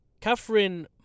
Catherine